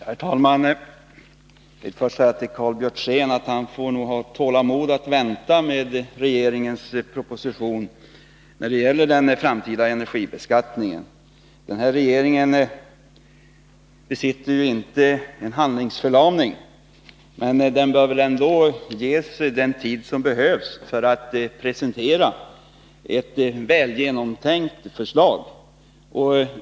Herr talman! Jag vill först säga till Karl Björzén att han nog får ha tålamod och vänta på regeringens proposition när det gäller den framtida energibeskattningen. Denna regering är inte handlingsförlamad, men den bör ändå ges den tid som behövs för att presentera ett väl genomtänkt förslag.